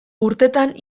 urtetan